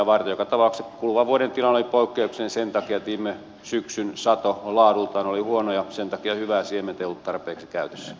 joka tapauksessa kuluvan vuoden tilanne oli poikkeuksellinen sen takia että viime syksyn sato laadultaan oli huono ja sen takia hyvää siementä ei ollut tarpeeksi käytössä